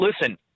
Listen